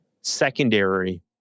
secondary